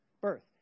Birth